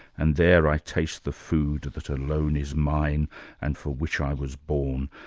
and there i taste the food that alone is mine and for which i was born,